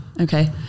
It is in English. Okay